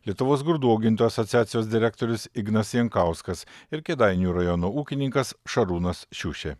lietuvos grūdų augintojų asociacijos direktorius ignas jankauskas ir kėdainių rajono ūkininkas šarūnas šiušė